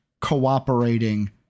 cooperating